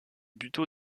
buteau